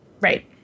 Right